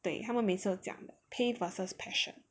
对他们每次讲 pay versus passion